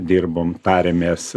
dirbom tarėmės